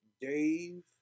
Dave